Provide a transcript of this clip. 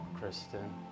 Kristen